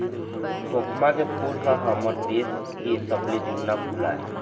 खोखमा के फूल ह हमर देश के सबले जुन्ना फूल आय